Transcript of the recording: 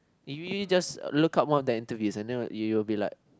you really just uh look up one of their interviews and you'll be like